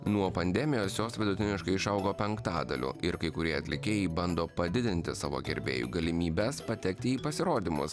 nuo pandemijos jos vidutiniškai išaugo penktadaliu ir kai kurie atlikėjai bando padidinti savo gerbėjų galimybes patekti į pasirodymus